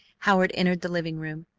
howard entered the living-room.